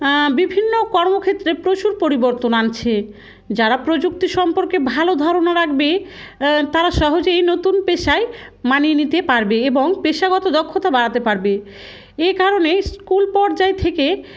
বিভিন্ন কর্মক্ষেত্রে প্রচুর পরিবর্তন আনছে যারা প্রযুক্তি সম্পর্কে ভালো ধারণা রাখবে তারা সহজেই নতুন পেশায় মানিয়ে নিতে পারবে এবং পেশাগত দক্ষতা বাড়াতে পারবে এ কারণে স্কুল পর্যায় থেকে